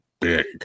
big